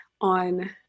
on